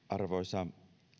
arvoisa